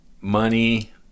money